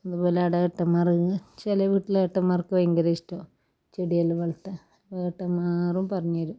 അതുപോലെ അവിടെ ഏട്ടന്മാർ ചില വീട്ടിൽ ഏട്ടന്മാർക്ക് ഭയങ്കര ഇഷ്ടമാണ് ചെടിയെല്ലാം വളർത്താൻ ഏട്ടന്മാരും പറഞ്ഞ് തരും